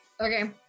Okay